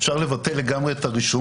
אפשר לבטל לגמרי את הרישום